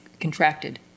contracted